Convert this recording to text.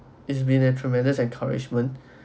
it's been a tremendous encouragement